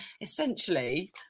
Essentially